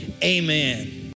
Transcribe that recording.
Amen